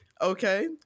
Okay